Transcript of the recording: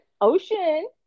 Ocean